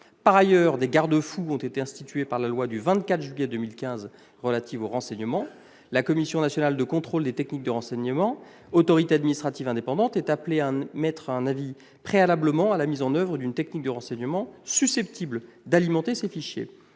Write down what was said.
Par ailleurs, des garde-fous ont été institués par la loi du 24 juillet 2015 relative au renseignement. La Commission nationale de contrôle des techniques de renseignement, la CNCTR, autorité administrative indépendante, est appelée à émettre un avis préalablement à la mise en oeuvre d'une technique de renseignement susceptible d'alimenter ces fichiers.